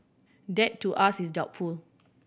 that to us is doubtful